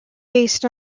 based